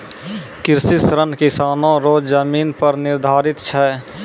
कृषि ऋण किसानो रो जमीन पर निर्धारित छै